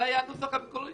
זה היה הנוסח המקורי.